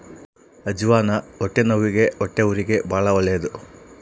ಅಜ್ಜಿವಾನ ಹೊಟ್ಟೆನವ್ವಿಗೆ ಹೊಟ್ಟೆಹುರಿಗೆ ಬಾಳ ಒಳ್ಳೆದು